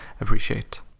appreciate